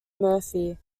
murphy